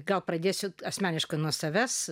gal pradėsite asmeniškai nuo savęs